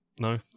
No